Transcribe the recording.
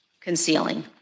concealing